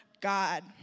God